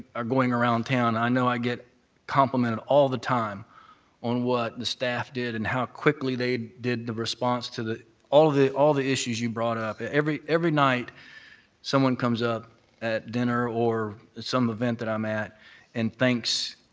are going around town, i know i get complimented all the time on what the staff did and how quickly they did the response to the all the all the issues you brought up. every every night someone comes up at dinner or at some event that i'm at and thanks